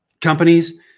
companies